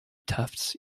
tufts